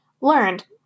learned